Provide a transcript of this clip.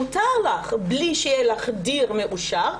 מותר לך בלי שיהיה לך דיר מאושר,